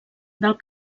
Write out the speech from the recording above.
del